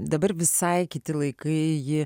dabar visai kiti laikai jį